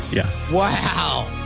yeah wow.